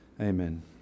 Amen